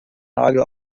nagel